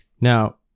Now